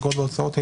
אגרות והוצאות,